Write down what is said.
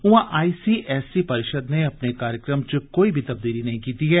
उआं I C S E परिषद नै अपने कार्यक्रम च कोई तब्दीली नेईं कीती ऐ